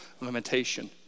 limitation